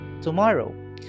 tomorrow